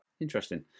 interesting